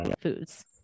foods